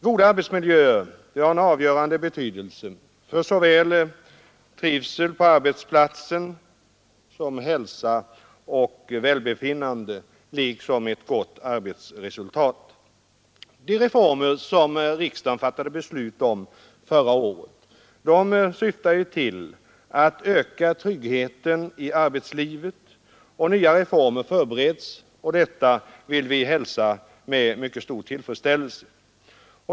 Goda arbetsmiljöer har avgörande betydelse såväl för trivsel på arbetsplatsen, hälsa och välbefinnande som för ett bra arbetsresultat. De reformer som riksdagen fattade beslut om förra året syftar till att öka tryggheten i arbetslivet. Nya reformer förbereds, och detta vill vi hälsa med mycket stor tillfredsställelse.